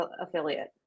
affiliate